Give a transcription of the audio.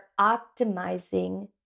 optimizing